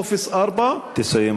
טופס 4. תסיים,